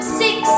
six